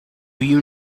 you